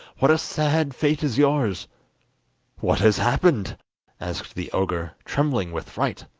what a sad fate is yours what has happened asked the ogre, trembling with fright.